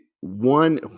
one